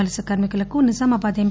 వలస కార్మికులకు నిజామాబాద్ ఎం